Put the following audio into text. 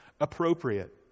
appropriate